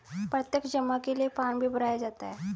प्रत्यक्ष जमा के लिये फ़ार्म भी भराया जाता है